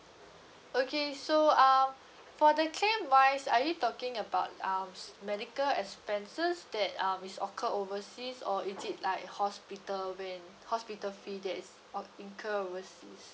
okay so uh for the claim wise are you talking about um medical expenses that um is occurred overseas or is it like hospital when hospital fee that is oc~ incur overseas